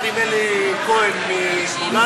יחד עם אלי כהן מכולנו.